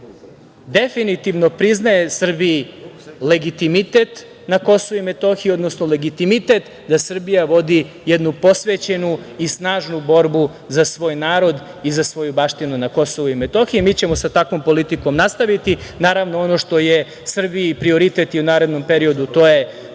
definitivno priznaje Srbiji legitimitet na Kosovu i Metohiji, odnosno legitimitet da Srbija vodi jednu posvećenu i snažnu borbu za svoj narod i za svoju baštinu na Kosovu i Metohiji. Mi ćemo sa takvom politikom nastaviti. Naravno, ono što je Srbiji prioritet i u narednom periodu to je